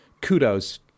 kudos